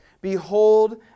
Behold